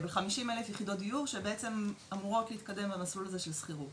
אלו 50,000 יחידות דיור שבעצם אמורות להתקדם במסלול הזה של שכירות